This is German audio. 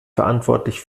verantwortlich